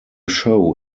show